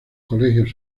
colegios